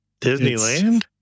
Disneyland